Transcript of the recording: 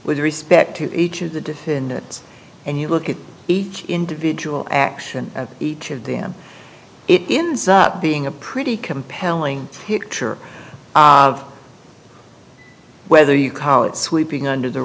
with respect to each of the defendants and you look at each individual action at each of them it ends up being a pretty compelling picture of whether you call it sweeping under the